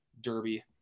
Derby